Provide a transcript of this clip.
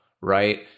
right